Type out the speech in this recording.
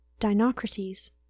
Dinocrates